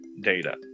data